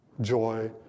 joy